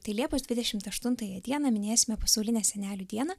tai liepos dvidešimt aštuntąją dieną minėsime pasaulinę senelių dieną